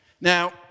Now